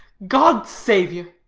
god save you!